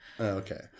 Okay